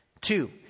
Two